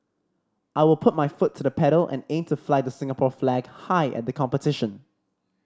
I will put my foot to the pedal and aim to fly the Singapore flag high at the competition